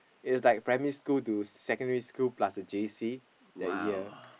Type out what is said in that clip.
it's like primary school to secondary school plus J_C the year